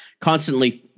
constantly